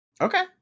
okay